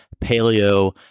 paleo